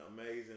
amazing